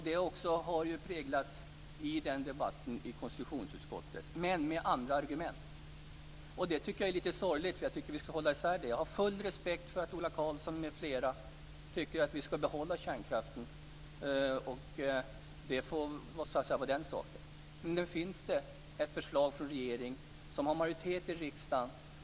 Detta har präglat debatten i konstitutionsutskottet, dock med andra argument. Det tycker jag är litet sorgligt. Jag tycker att vi skall hålla isär de här sakerna. Jag har full respekt för att Ola Karlsson m.fl. tycker att vi skall behålla kärnkraften och satsa på den. Men nu finns det ett förslag från regeringen som stöds av en majoritet i riksdagen.